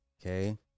okay